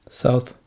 south